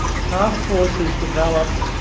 taskforce has developed